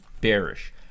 bearish